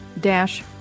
dash